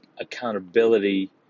accountability